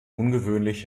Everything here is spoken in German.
ungewöhnlich